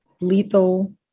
lethal